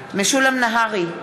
משולם נהרי,